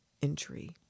injury